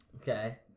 Okay